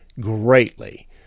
greatly